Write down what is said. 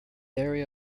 area